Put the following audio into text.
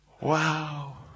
Wow